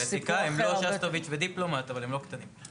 הם לא שסטוביץ ודיפלומט, אבל הם לא קטנים בכלל.